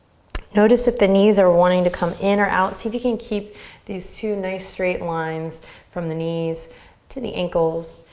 notice if the knees are wanting to come in or out. see if you can keep these two nice straight lines from the knees to the ankles,